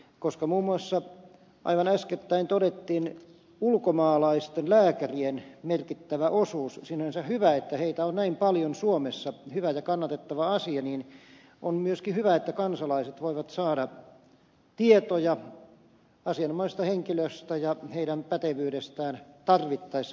koska muun muassa aivan äskettäin todettiin ulkomaalaisten lääkärien merkittävä osuus on sinänsä hyvä että heitä on näin paljon suomessa hyvä ja kannatettava asia niin on myöskin hyvä että kansalaiset voivat saada tietoja asianomaisista henkilöistä ja heidän pätevyydestään tarvittaessa